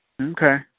Okay